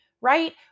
right